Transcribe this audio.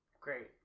Great